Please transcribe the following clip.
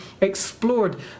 explored